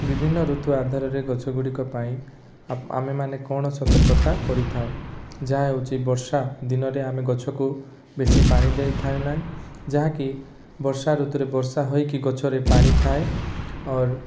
ବିଭିନ୍ନ ଋତୁ ଆଧାରରେ ଗଛଗୁଡ଼ିକ ପାଇଁ ଆମ ଆମେମାନେ କ'ଣ ସତର୍କତା କରିଥାଉ ଯାହା ହେଉଛି ବର୍ଷା ଦିନରେ ଆମେ ଗଛକୁ ବେଶି ପାଣି ଦେଇଥାଉ ନାହିଁ ଯାହାକି ବର୍ଷା ଋତୁରେ ବର୍ଷା ହୋଇକି ଗଛରେ ପାଣିଥାଏ ଔର୍